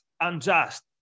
unjust